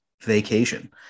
vacation